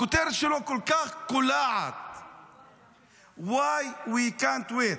הכותרת שלו כל כך קולעת: Why we can’t wait,